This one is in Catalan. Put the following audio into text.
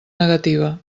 negativa